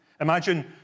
Imagine